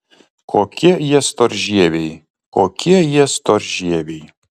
kokie jie storžieviai kokie jie storžieviai